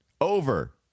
over